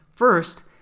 First